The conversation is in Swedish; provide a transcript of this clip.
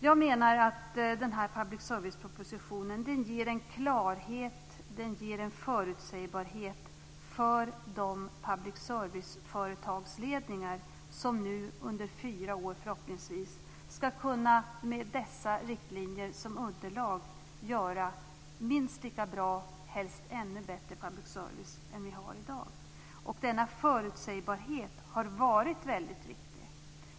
Jag menar att den här public service-propositionen ger en klarhet och en förutsägbarhet för de public service-företagsledningar som nu under fyra år förhoppningsvis, med dessa riktlinjer som underlag, ska kunna göra minst lika bra public service som vi har i dag och helst ännu bättre. Denna förutsägbarhet har varit väldigt viktig.